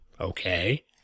okay